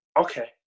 okay